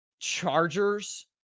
Chargers